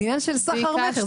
זה עניין של סחר מכר,